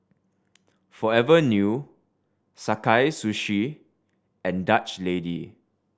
Forever New Sakae Sushi and Dutch Lady